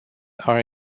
are